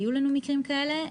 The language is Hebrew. היו לנו מקרים כאלו,